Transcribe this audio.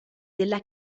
della